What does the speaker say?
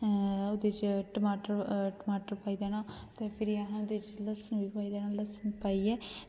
फिर ओह्दे च टमाटर पाई लैना ते फ्ही असें बिच लस्सन बी पाई लैनी ते लस्सन पाइयै